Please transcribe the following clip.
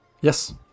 Yes